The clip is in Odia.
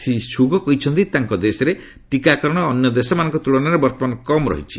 ଶ୍ରୀ ସୁଗୋ କହିଛନ୍ତି ତାଙ୍କ ଦେଶରେ ଟିକାକରଣ ଅନ୍ୟ ଦେଶମାନଙ୍କ ତୁଳନାରେ ବର୍ତ୍ତମାନ କମ୍ ରହିଛି